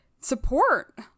support